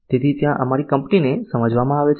તેથી ત્યાં અમારી કંપનીને સમજવામાં આવે છે